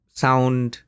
sound